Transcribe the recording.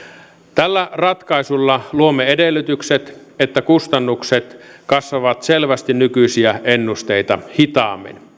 tällä ratkaisulla luomme edellytykset että kustannukset kasvavat selvästi nykyisiä ennusteita hitaammin